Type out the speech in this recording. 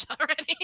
already